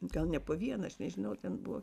gal ne po vieną aš nežinau ten buvo